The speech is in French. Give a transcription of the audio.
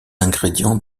ingrédients